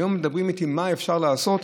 היום שואלים אותי מה אפשר לעשות,